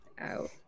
out